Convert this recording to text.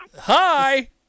Hi